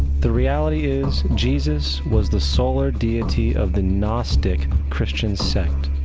the reality is, jesus was the solar deity of the gnostic christian sect,